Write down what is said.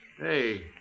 Hey